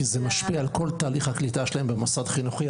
זה משפיע על כל תהליך הקליטה שלהם במוסד חינוכי.